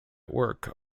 work